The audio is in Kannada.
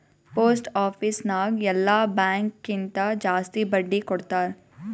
ಪೋಸ್ಟ್ ಆಫೀಸ್ ನಾಗ್ ಎಲ್ಲಾ ಬ್ಯಾಂಕ್ ಕಿಂತಾ ಜಾಸ್ತಿ ಬಡ್ಡಿ ಕೊಡ್ತಾರ್